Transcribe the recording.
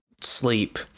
sleep